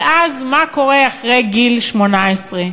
אבל אז, מה קורה אחרי גיל 18?